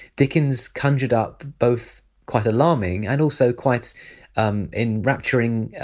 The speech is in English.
dickens conjured up both quite alarming and also quite um enrapturing,